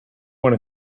one